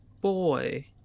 boy